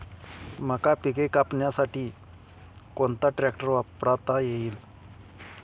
मका पिके कापण्यासाठी कोणता ट्रॅक्टर वापरता येईल?